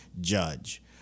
judge